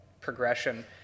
progression